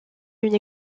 une